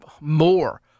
more